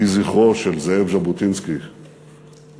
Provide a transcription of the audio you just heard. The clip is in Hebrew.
יהי זכרו של זאב ז'בוטינסקי ברוך.